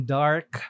dark